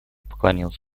поклонился